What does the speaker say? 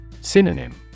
Synonym